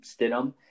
Stidham